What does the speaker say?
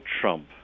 Trump